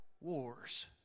wars